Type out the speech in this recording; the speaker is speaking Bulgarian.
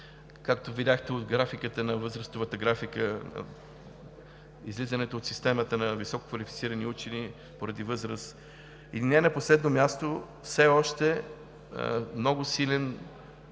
както видяхте от възрастовата графика – излизането от системата на високо квалифицирани учени поради възраст. И не на последно място, все още е много силен,